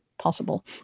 possible